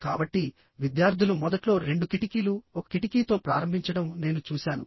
కాబట్టి విద్యార్థులు మొదట్లో రెండు కిటికీలు ఒక కిటికీతో ప్రారంభించడం నేను చూశాను